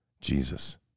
Jesus